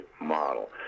model